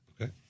Okay